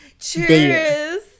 Cheers